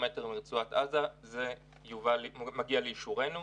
בעיטות כי הם יהודים דיבר כאן